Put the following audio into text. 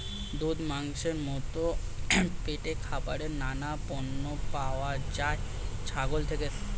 দুধ, মাংসের মতো পেটখারাপের নানান পণ্য পাওয়া যায় ছাগল থেকে